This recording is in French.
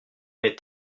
est